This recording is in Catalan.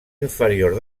inferior